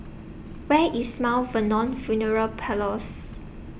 Where IS Mount Vernon Funeral Parlours